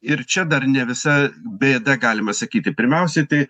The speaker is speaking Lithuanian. ir čia dar ne visa bėda galima sakyti pirmiausiai tai